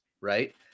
Right